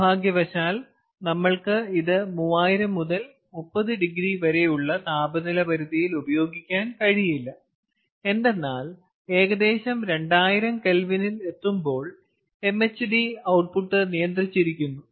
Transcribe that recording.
നിർഭാഗ്യവശാൽ നമ്മൾക്ക് ഇത് 3000 മുതൽ 30 വരെയുള്ള താപനില പരിധിയിൽ ഉപയോഗിക്കാൻ കഴിയില്ല എന്തെന്നാൽ ഏകദേശം 2000K എത്തുമ്പോൾ MHD ഔട്ട്പുട്ട് നിയന്ത്രിച്ചിരിക്കുന്നു